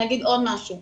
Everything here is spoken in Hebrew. אני אגיד עוד משהו.